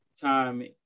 time